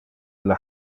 ille